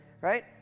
right